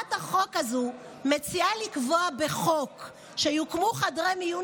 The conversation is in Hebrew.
הצעת החוק הזאת מציעה לקבוע בחוק שיוקמו חדרי מיון